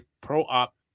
pro-op